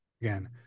again